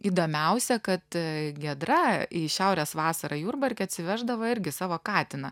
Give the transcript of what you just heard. įdomiausia kad giedra į šiaurės vasarą jurbarke atsiveždavo irgi savo katiną